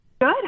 Good